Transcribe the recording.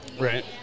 Right